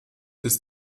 ist